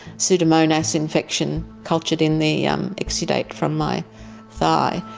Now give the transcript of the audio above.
pseudomonas infection, cultured in the exudate from my thigh,